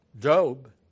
Job